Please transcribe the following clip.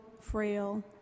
frail